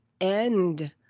end